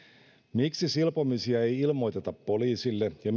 miksi silpomisia ei ilmoiteta poliisille ja